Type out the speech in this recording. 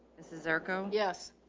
this is zarko. yes,